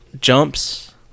jumps